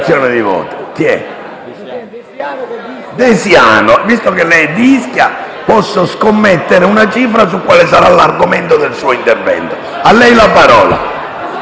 De siano, visto che lei è di Ischia, posso scommettere una cifra su quale sarà l'argomento del suo intervento. Ne ha facoltà.